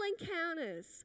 encounters